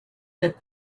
that